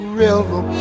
river